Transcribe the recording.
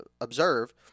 observe